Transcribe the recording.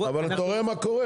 אבל אתה רואה מה קורה?